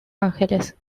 angeles